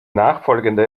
nachfolgende